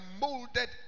molded